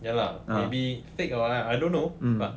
ya lah maybe fake or [what] I don't know but